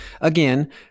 again